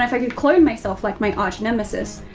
i could clone myself like my arch nemesis,